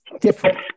different